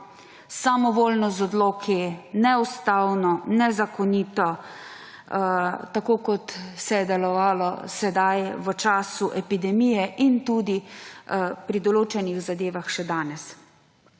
samovoljno z odloki, neustavno, nezakonito, tako kot se je delovalo sedaj v času epidemije in tudi pri določenih zadevah še danes.